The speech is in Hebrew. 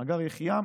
מאגר יחיעם,